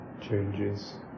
changes